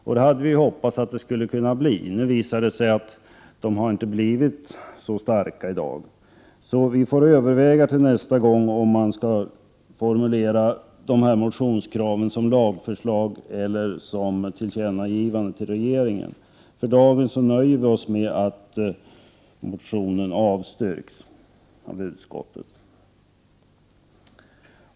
Vi hade hoppats på tillämpningsföreskrifterna, men nu visar det sig att de inte har blivit så starka, så vi får överväga till nästa gång om motionskraven skall formuleras som lagförslag eller som tillkännagivande till regeringen. För dagen nöjer vi oss med att motionen avstyrks av utskottet.